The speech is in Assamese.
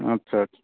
আচ্ছা আচ্ছা